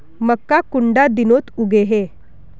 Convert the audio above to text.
मक्का कुंडा दिनोत उगैहे?